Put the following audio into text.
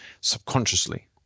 subconsciously